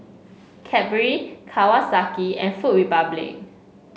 Cadbury Kawasaki and Food Republic